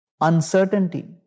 Uncertainty